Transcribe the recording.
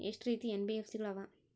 ಎಷ್ಟ ರೇತಿ ಎನ್.ಬಿ.ಎಫ್.ಸಿ ಗಳ ಅವ?